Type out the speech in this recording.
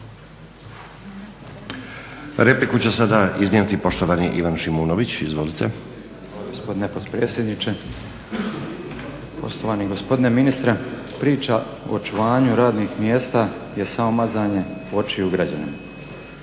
Repliku će sada iznijeti poštovani Ivan Šimunović. Izvolite. **Šimunović, Ivan (HSP AS)** Hvala gospodine potpredsjedniče. Poštovani gospodine ministre, priča o očuvanju radnih mjesta je samo mazanje očiju građanima.